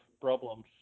problems